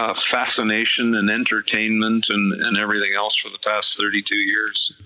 ah fascination and entertainment and and everything else for the past thirty two years.